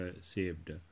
saved